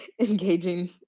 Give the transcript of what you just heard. engaging